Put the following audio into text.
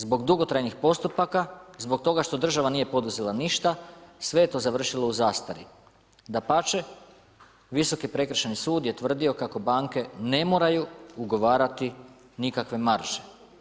Zbog dugotrajnih postupaka, zbog toga što država nije poduzela ništa, sve je to završilo u zastari, dapače, Visoki prekršajni sud je tvrdio kako banke ne moraju ugovarati nikakve marže.